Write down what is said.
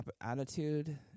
attitude